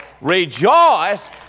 rejoice